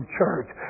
church